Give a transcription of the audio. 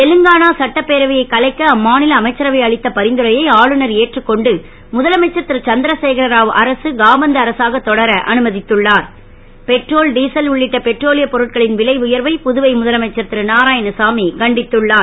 தெலுங்கானா சட்டப் பேரவையை கலைக்க அம்மா ல அமைச்சரவை அளித்த பரிந்துரையை ஆளுநர் ஏற்றுக் கொண்டு முதலமைச்சர் ரு சந் ரசேகரரா அரசு காபந்து அரசாக தொடர அனும த்துள்ளார் பெட்ரோல் டீசல் உள்ளிட்ட பெட்ரோலியப் பொருட்களின் விலை உயர்வை புதுவை முதலமைச்சர் ரு நாராயணசாமி கண்டித்துள்ளார்